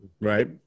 right